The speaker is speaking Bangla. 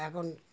এখন